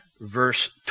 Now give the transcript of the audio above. Verse